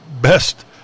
best